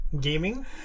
gaming